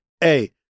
hey